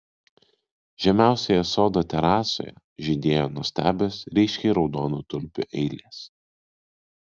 žemiausioje sodo terasoje žydėjo nuostabios ryškiai raudonų tulpių eilės